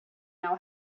now